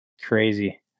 crazy